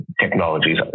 Technologies